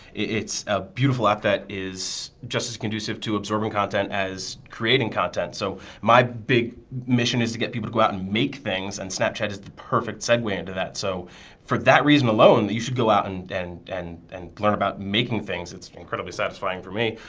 it's a beautiful app that is just as conducive to absorbing content as creating content. so my big mission is to get people to go out and make things and snapchat is the perfect segue into that. so for that reason alone you should go out and and and and learn about making things. it's incredibly satisfying for me.